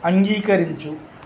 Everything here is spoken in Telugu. అంగీకరించు